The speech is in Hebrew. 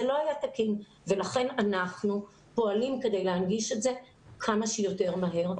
זה לא היה תקין ולכן אנחנו פועלים כדי להנגיש את זה כמה שיותר מהר.